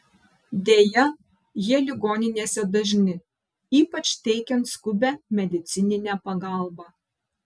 deja jie ligoninėse dažni ypač teikiant skubią medicininę pagalbą